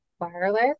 wireless